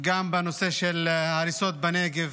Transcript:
גם על הנושא של ההריסות בנגב,